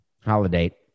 Holiday